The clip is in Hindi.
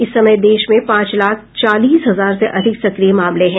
इस समय देश में पांच लाख चालीस हजार से अधिक सक्रिय मामले हैं